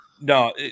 No